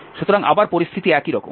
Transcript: সুতরাং আবার পরিস্থিতি একই রকম